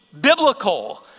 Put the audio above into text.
biblical